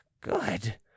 Good